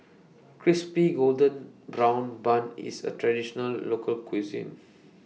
Crispy Golden Brown Bun IS A Traditional Local Cuisine